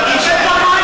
חבר'ה,